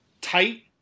tight